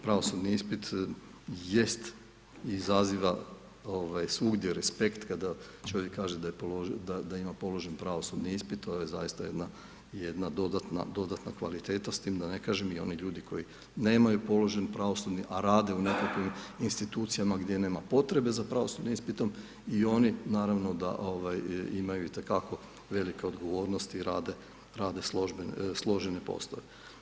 Pravosudni ispit jest, izaziva svugdje respekt kada čovjek kaže da je položio, da ima položen pravosudni ispit, to je zaista jedna dodatna kvaliteta s time da ne kažem i oni ljudi koji nemaju položen pravosudni a rade u nekakvim institucijama gdje nema potrebe za pravosudnim ispitom i oni naravno da imaju itekako velike odgovornosti i rade složene poslove.